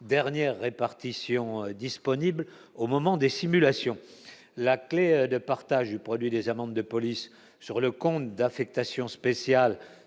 dernière répartition disponible au moment des simulations, la clé de partage du produit des amendes de police sur le compte d'affectation spéciale